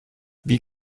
wie